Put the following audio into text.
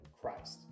Christ